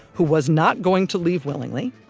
who was not going to leave willingly.